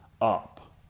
up